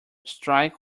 strike